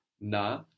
na